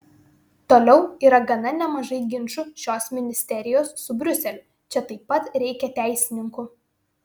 toliau yra gana nemažai ginčų šios ministerijos su briuseliu čia taip pat reikia teisininkų